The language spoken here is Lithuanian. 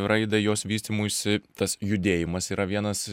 raidai jos vystymuisi tas judėjimas yra vienas